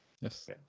yes